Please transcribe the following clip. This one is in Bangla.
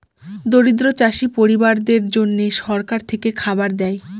দরিদ্র চাষী পরিবারদের জন্যে সরকার থেকে খাবার দেয়